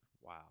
Wow